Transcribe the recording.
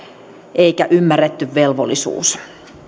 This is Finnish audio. eikä ymmärretty velvollisuus